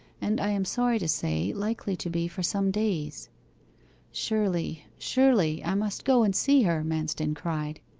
and i am sorry to say, likely to be for some days surely, surely, i must go and see her manston cried.